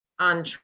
on